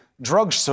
drug